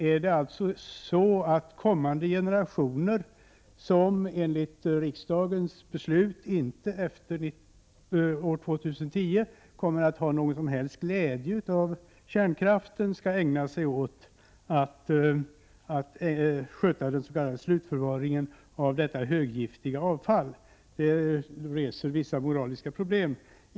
Är det alltså så att kommande generationer, som enligt riksdagens beslut inte efter år 2010 kommer att ha någon som helst glädje av kärnkraften, skall ägna sig åt att sköta slutförvaringen av detta höggiftiga avfall? Det reser vissa moraliska problem.